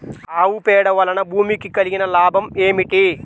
ఆవు పేడ వలన భూమికి కలిగిన లాభం ఏమిటి?